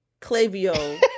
clavio